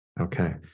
Okay